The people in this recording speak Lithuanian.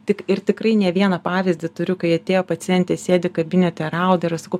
tik ir tikrai ne vieną pavyzdį turiu kai atėjo pacientė sėdi kabinete rauda ir aš sakau